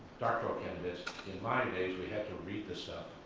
doctoral candidates, in my day we had to read the stuff.